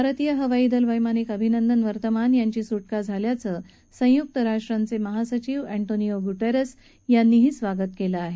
भारतीय हवाई दल वैमानिक अभिनंदन वर्धमान यांची सुटका झाल्याचं संयुक राष्ट्रांचे महासचिव अंटोनियो गुटेरस यांनी स्वागत केलं आहे